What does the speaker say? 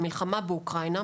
המלחמה באוקראינה,